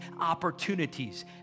opportunities